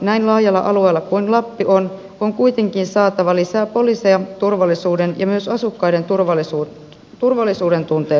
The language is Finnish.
näin laajalla alueella kuin lappi on on kuitenkin saatava lisää poliiseja turvallisuuden ja myös asukkaiden turvallisuudentunteen säilyttämiseksi